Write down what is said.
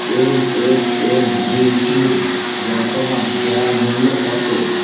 M S N B C র বর্তমান share মূল্য কত